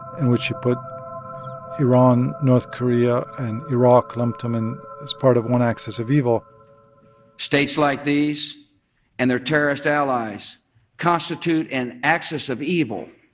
in which he put iran, north korea and iraq lumped them in as part of one axis of evil states like these and their terrorist allies constitute an axis of evil,